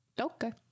Okay